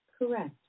Correct